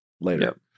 later